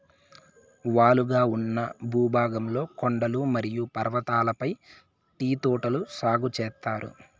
వాలుగా ఉన్న భూభాగంలో కొండలు మరియు పర్వతాలపై టీ తోటలు సాగు చేత్తారు